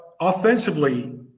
offensively